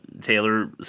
taylor